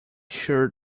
sure